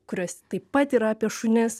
kurios taip pat yra apie šunis